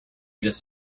this